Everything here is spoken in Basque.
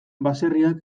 baserriak